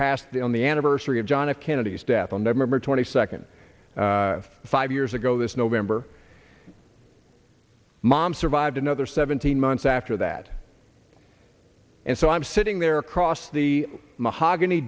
passed it on the anniversary of john f kennedy's death on november twenty second five years ago this november mom survived another seventeen months after that and so i'm sitting there across the mahogany